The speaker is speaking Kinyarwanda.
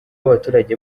abaturage